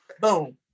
boom